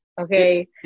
Okay